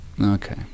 Okay